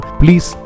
please